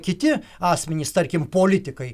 kiti asmenys tarkim politikai